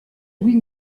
louis